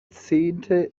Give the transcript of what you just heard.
zehnte